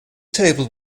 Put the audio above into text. table